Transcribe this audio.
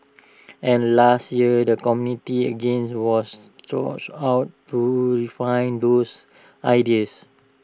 and last year the community again was sought out to refine those ideas